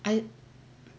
I